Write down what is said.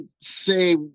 say